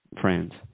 friends